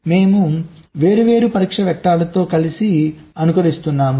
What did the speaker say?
మేము వేర్వేరు పరీక్ష వెక్టర్లతో కలిసి అనుకరిస్తున్నాము